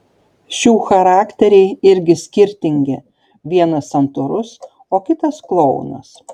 šių charakteriai irgi skirtingi vienas santūrus o kitas klounas